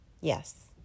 yes